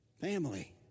Family